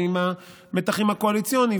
ועם המתחים הקואליציוניים,